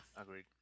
Agreed